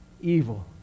evil